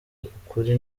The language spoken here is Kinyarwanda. ukuri